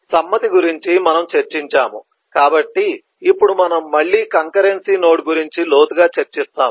సమ్మతి గురించి మనము చర్చించాము కాబట్టి ఇప్పుడు మనం మళ్ళీ కంకరెన్సీ నోడ్ గురించి లోతుగా చర్చిస్తాము